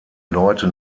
leute